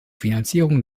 finanzierung